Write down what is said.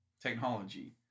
technology